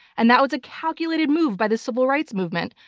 and that was a calculated move by the civil rights movement.